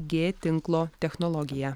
g tinklo technologiją